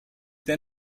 der